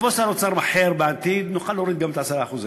ויבוא שר אוצר אחר בעתיד ונוכל להוריד גם את ה-10% האלה.